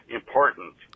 important